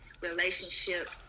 relationship